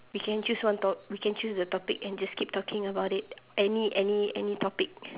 we can choose one top~ we can choose the topic and just keep talking about it any any any topic